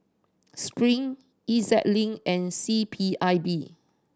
Spring E Z Link and C P I B